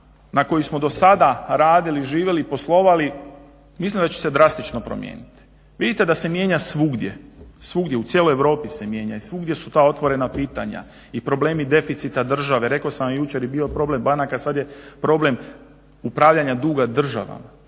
na koji smo do sada radili, živjeli poslovali mislim da će se drastično promijeniti. Vidite da se mijenja svugdje, u cijeloj Europi se mijenja i svugdje su ta otvorena pitanja i problemi deficita države. Rekao sam vam jučer je bio problem banaka, sada je problem upravljanja duga državama.